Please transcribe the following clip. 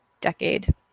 decade